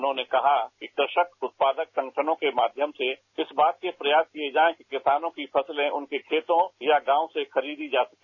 उन्होंने कहा कि कृषक उत्पाद संगठनों के माध्यम से इस बात के प्रयास किए जाएं कि किसानों की फसलें उनके खेतों या गांव से खरीदी जा सके